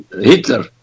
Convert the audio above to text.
Hitler